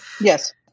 yes